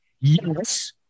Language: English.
Yes